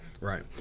Right